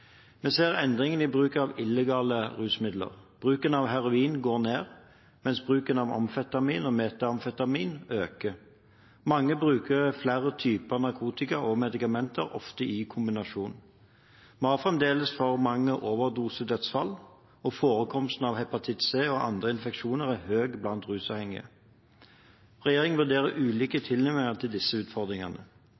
Vi ser endringer i bruk av illegale rusmidler. Bruken av heroin går ned, mens bruken av amfetamin og metamfetamin øker. Mange bruker flere typer narkotika og medikamenter, ofte i kombinasjon. Vi har fremdeles for mange overdosedødsfall, og forekomsten av hepatitt C og andre infeksjoner er høy blant rusavhengige. Regjeringen vurderer ulike